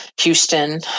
Houston